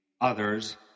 others